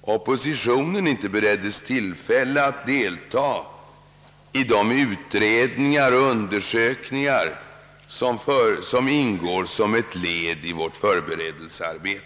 oppositionen inte beretts tillfälle att delta i de utredningar och undersökningar som ingår som ett led i vårt förberedelsearbete.